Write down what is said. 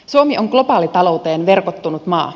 suomi on globaalitalouteen verkottunut maa